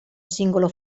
singolo